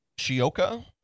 Shioka